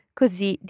così